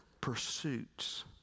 pursuits